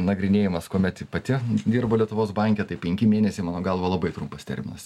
nagrinėjimas kuomet pati dirbo lietuvos banke tai penki mėnesiai mano galva labai trumpas terminas